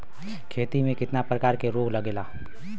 खेती में कितना प्रकार के रोग लगेला?